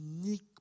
unique